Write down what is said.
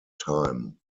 time